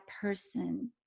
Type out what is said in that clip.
person